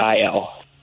IL